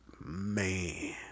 man